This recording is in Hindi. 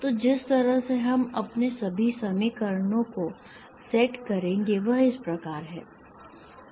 तो जिस तरह से हम अपने सभी समीकरणों को सेट करेंगे वह इस प्रकार है